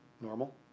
normal